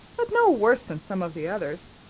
but no worse than some of the others.